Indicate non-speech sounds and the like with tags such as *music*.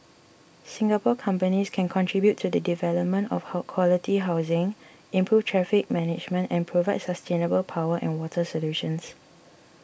Singapore companies can contribute to the development of *noise* quality housing improve traffic management and provide sustainable power and water solutions